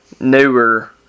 newer